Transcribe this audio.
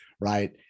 right